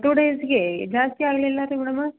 two ಡೇಸಿಗೆ ಜಾಸ್ತಿ ಆಗಲಿಲ್ಲಾ ರೀ ಮೇಡಮ